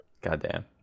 Goddamn